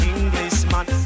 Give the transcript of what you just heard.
Englishman